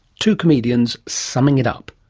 two comedians summing it up.